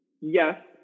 yes